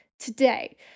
today